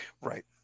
Right